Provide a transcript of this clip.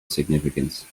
significance